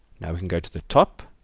now we can go to the top,